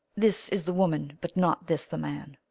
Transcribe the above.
this is the woman, but not this the man.